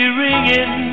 ringing